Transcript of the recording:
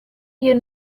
you